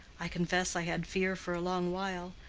i confess i had fear for a long while.